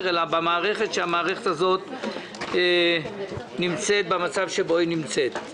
אלא שהמערכת הזו נמצאת במצב שבו היא נמצאת.